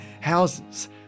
houses